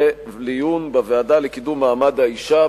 לדיון בוועדה לקידום מעמד האשה,